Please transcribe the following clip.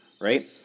Right